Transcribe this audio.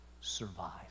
survive